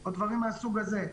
או דברים מהסוג הזה.